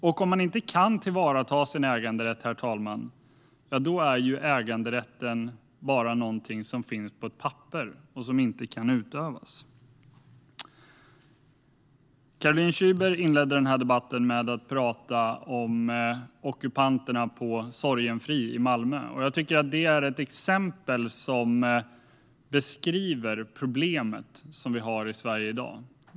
Och om man inte kan tillvarata sin äganderätt, herr talman, är ju äganderätten bara någonting som finns på ett papper men som inte kan utövas. Caroline Szyber inledde debatten med att tala om ockupanterna på Sorgenfri i Malmö, och jag tycker att det är ett exempel som beskriver det problem vi har i Sverige i dag.